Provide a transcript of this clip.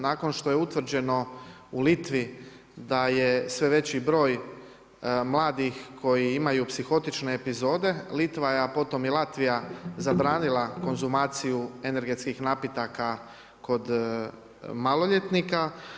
Nakon što je utvrđeno u Litvi da je sve veći broj mladih koji imaju psihotične epizode Litva je a potom i Latvija zabranila konzumaciju energetskih napitaka kod maloljetnika.